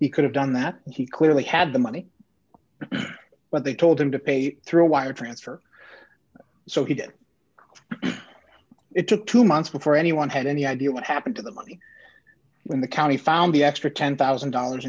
he could have done that he clearly had the money but they told him to pay through wire transfer so he did it took two months before anyone had any idea what happened to the money when the county found the extra ten thousand dollars